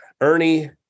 Ernie